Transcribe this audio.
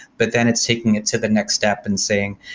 but then it's taking it to the next step and saying,